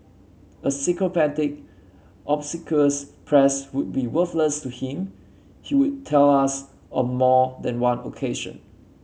a sycophantic obsequious press would be worthless to him he would tell us on more than one occasion